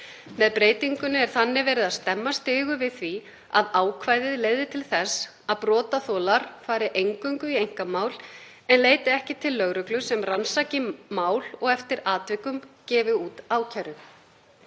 Með breytingunni er þannig verið að stemma stigu við því að ákvæðið leiði til þess að brotaþolar fari eingöngu í einkamál en leiti ekki til lögreglu sem rannsaki mál og eftir atvikum gefi út ákæru.